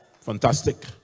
fantastic